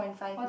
forty